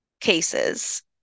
cases